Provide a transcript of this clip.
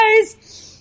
guys